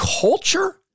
culture